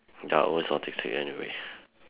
autistic anyway